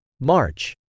March